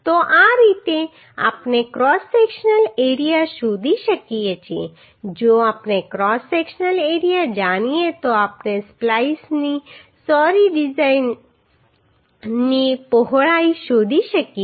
તો આ રીતે આપણે ક્રોસ સેક્શનલ એરિયા શોધી શકીએ હવે જો આપણે ક્રોસ સેક્શનલ એરિયા જાણીએ તો આપણે સ્પ્લાઈસની સોરી જાડાઈની પહોળાઈ શોધી શકીએ